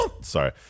Sorry